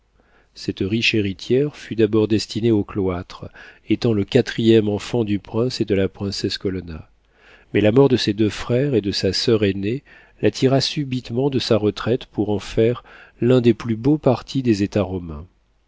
cette riche héritière fut d'abord destinée au cloître étant le quatrième enfant du prince et de la princesse colonna mais la mort de ses deux frères et de sa soeur aînée la tira subitement de sa retraite pour en faire l'un des plus beaux partis des états romains